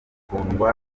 kundwa